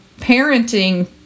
parenting